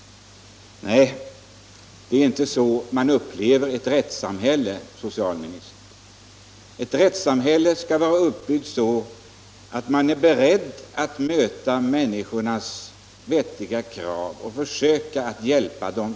Nej, det är inte så man vill uppleva ett rättssamhälle, herr socialminister. Ett rättssamhälle skall vara uppbyggt så att man är beredd att möta människornas vettiga krav och försöker hjälpa dem.